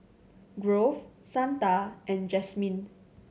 Grove Shanda and Jasmyne